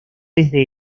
desde